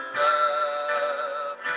love